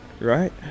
right